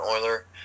Oiler